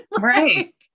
Right